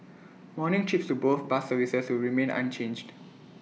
morning trips to both bus services will remain unchanged